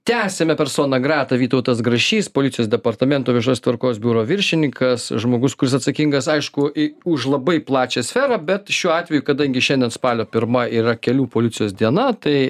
tęsiame personą gratą vytautas grašys policijos departamento viešos tvarkos biuro viršininkas žmogus kuris atsakingas aišku i už labai plačią sferą bet šiuo atveju kadangi šiandien spalio pirma yra kelių policijos diena tai